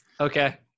okay